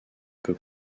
peu